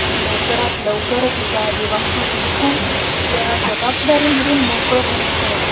आणि लवकरात लवकर तिचा विवाह उरकून या जबाबदारीमधून मोकळं होण्याकडे